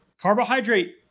carbohydrate